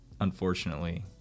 unfortunately